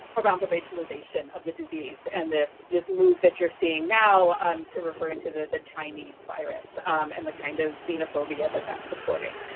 around the racialization of the disease, and this this move that you're seeing now um to referring to the the chinese virus um and the kind of xenophobia that that's supporting,